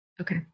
Okay